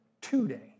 today